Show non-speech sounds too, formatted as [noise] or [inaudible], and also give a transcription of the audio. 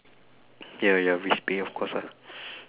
ya ya risk pay of course ah [breath]